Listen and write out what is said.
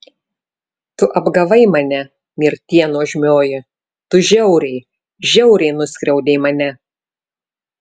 tu apgavai mane mirtie nuožmioji tu žiauriai žiauriai nuskriaudei mane